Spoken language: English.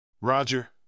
Roger